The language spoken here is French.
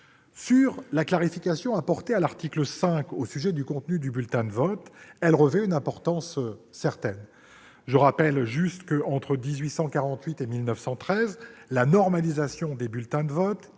La clarification apportée à l'article 5 au sujet du contenu du bulletin de vote revêt une importance certaine. Entre 1848 et 1913, la normalisation des bulletins de vote